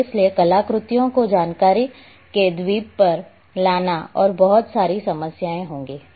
और इसलिए कलाकृतियों को जानकारी के द्वीप पर लाना और बहुत सारी समस्याएं होंगी